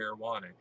marijuana